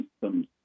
systems